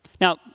Now